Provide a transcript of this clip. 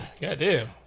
goddamn